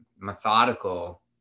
methodical